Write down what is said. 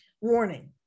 warning